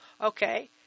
Okay